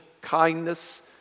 kindness